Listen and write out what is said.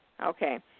Okay